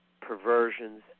perversions